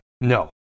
No